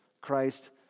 Christ